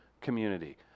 community